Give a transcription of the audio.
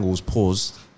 pause